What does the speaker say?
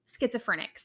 schizophrenics